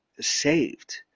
saved